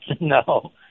No